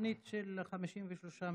התוכנית של 53 מיליארד.